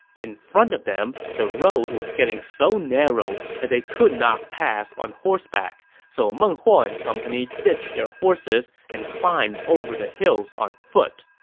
in front of them, the road was getting so narrow that they could not pass on horseback. so meng huo and company ditched their horses and climbed over the hills on foot.